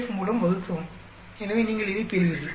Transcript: DF மூலம் வகுக்கவும் எனவே நீங்கள் இதைப் பெறுவீர்கள்